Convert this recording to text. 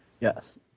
Yes